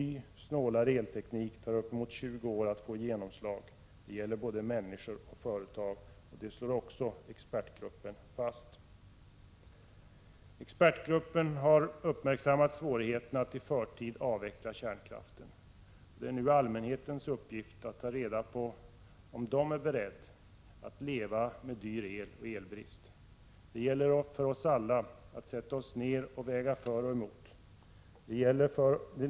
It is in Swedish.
Och det tar uppemot 20 år att få genomslag för en ny snålare elteknik. Det gäller både människor och företag, och det slår också expertgruppen fast. Expertgruppen har uppmärksammat svårigheterna att i förtid avveckla kärnkraften. Det är nu allmänhetens uppgift att ta reda på om man är beredd att leva med dyr el och elbrist. Det gäller för oss alla att sätta oss ned och väga för och emot.